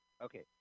Okay